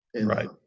right